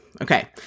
Okay